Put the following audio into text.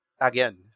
again